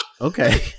okay